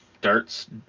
Darts